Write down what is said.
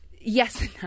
yes